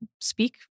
speak